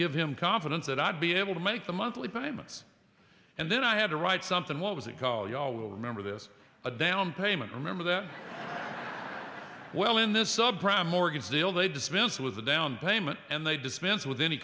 give him confidence that i'd be able to make the monthly payments and then i had to write something what was it called you all will remember this a down payment remember that well in this sub prime mortgage deal they dispense with the down payment and they dispense with any